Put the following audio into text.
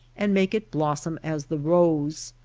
and make it blossom as the rose.